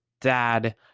dad